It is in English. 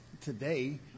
today